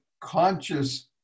conscious